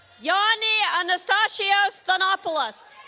yanni anastasios thanopoulos